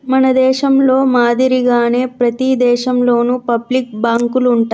మన దేశంలో మాదిరిగానే ప్రతి దేశంలోను పబ్లిక్ బాంకులు ఉంటాయి